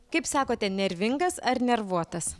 kaip sakote nervingas ar nervuotas